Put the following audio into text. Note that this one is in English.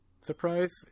surprise